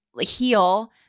heal